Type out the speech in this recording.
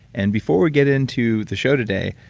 and before we get into the show today,